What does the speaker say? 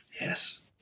Yes